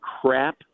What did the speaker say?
crap